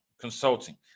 consulting